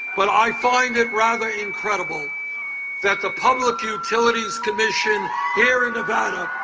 but i find it rather incredible that the public utilities commission here in nevada